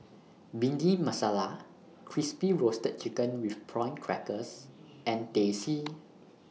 Bhindi Masala Crispy Roasted Chicken with Prawn Crackers and Teh C